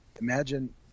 imagine